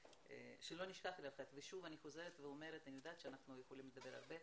שוב אני חוזרת ואומרת שאני יודעת שאנחנו יכולים לדבר ארוכות,